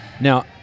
Now